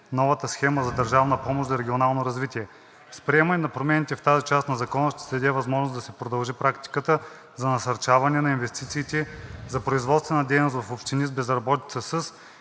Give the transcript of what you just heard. новата схема за държавна помощ за регионално развитие. С приемане на промените в тази част на Закона ще се даде възможност да се продължи практиката за насърчаване на инвестициите за производствена дейност в общини с безработица